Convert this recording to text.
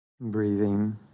breathing